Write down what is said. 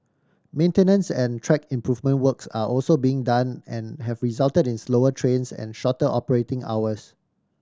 maintenance and track improvement works are also being done and have resulted in slower trains and shorter operating hours